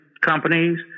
companies